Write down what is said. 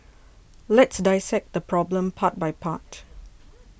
let's dissect the problem part by part